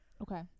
Okay